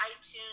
iTunes